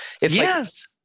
Yes